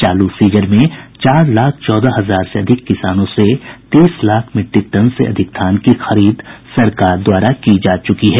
चालू सीजन में चार लाख चौदह हजार से अधिक किसानों से तीस लाख मीट्रिक टन से अधिक धान की खरीद सरकार द्वारा की गयी है